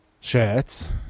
shirts